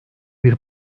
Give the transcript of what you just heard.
bir